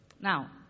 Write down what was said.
Now